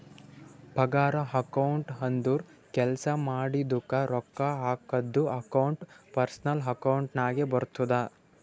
ಪಗಾರ ಅಕೌಂಟ್ ಅಂದುರ್ ಕೆಲ್ಸಾ ಮಾಡಿದುಕ ರೊಕ್ಕಾ ಹಾಕದ್ದು ಅಕೌಂಟ್ ಪರ್ಸನಲ್ ಅಕೌಂಟ್ ನಾಗೆ ಬರ್ತುದ